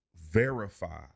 verify